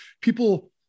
people